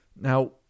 Now